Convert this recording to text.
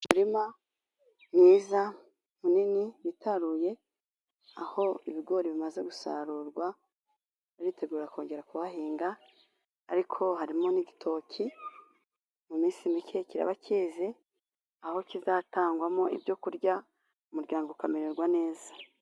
Umurima mwiza munini witaruye. Aho ibigori bimaze gusarurwa, baritegura kongera kuhahinga. Ariko harimo n'igitoki, mu minsi mike kiraba cyeze aho kizatangwamo ibyo kurya, umuryango ukamererwa neza.